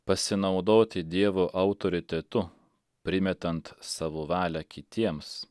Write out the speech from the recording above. pasinaudoti dievo autoritetu primetant savo valią kitiems